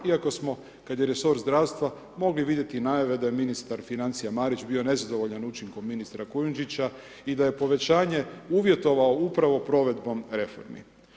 Iako smo kada je resor zdravstva mogli vidjeti i najave da je ministar financija Marić bio nezadovoljan učinkom ministra Kujundžića i da je povećanje uvjetovao upravo provedbom reformi.